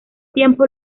tiempo